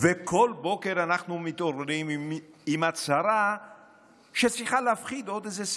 וכל בוקר אנחנו מתעוררים עם הצהרה שצריכה להפחיד עוד איזה סקטור.